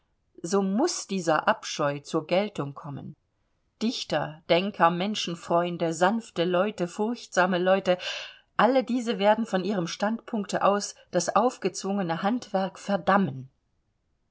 so muß dieser abscheu zur geltung kommen dichter denker menschenfreunde sanfte leute furchtsame leute alle diese werden von ihrem standpunkte aus das aufgezwungene handwerk verdammen